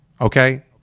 Okay